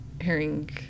hearing